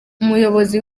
umuyobozi